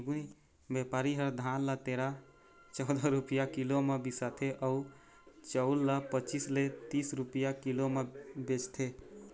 बेपारी ह धान ल तेरा, चउदा रूपिया किलो म बिसाथे अउ चउर ल पचीस ले तीस रूपिया किलो म बेचथे